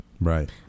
right